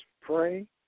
pray